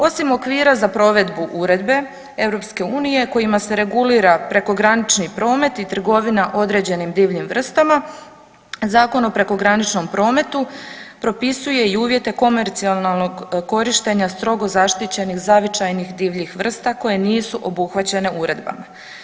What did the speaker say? Osim okvira za provedbu uredbe EU kojima se regulira prekogranični promet i trgovina određenim divljim vrstama, Zakon o prekograničnom prometu propisuje i uvjete komercijalnog korištenja strogo zaštićenih zavičajnih divljih vrsta koje nisu obuhvaćene uredbama.